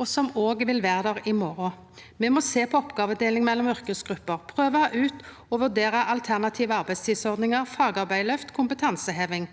og som òg vil vera der i morgon. Me må sjå på oppgåvedeling mellom yrkesgrupper, prøva ut og vurdera alternative arbeidstidsordningar, fagarbeidarløft og kompetanseheving.